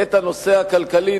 את הנושא הכלכלי.